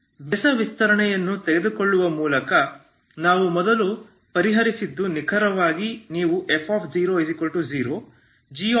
ಬೆಸ ವಿಸ್ತರಣೆಯನ್ನು ತೆಗೆದುಕೊಳ್ಳುವ ಮೂಲಕ ನಾವು ಮೊದಲು ಪರಿಹರಿಸಿದ್ದು ನಿಖರವಾಗಿ ನೀವು f00 g00 ಎಂದು ನೋಡಿ